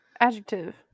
adjective